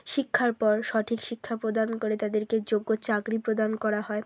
শিক্ষার পর সঠিক শিক্ষা প্রদান করে তাদেরকে যোগ্য চাকরি প্রদান করা হয়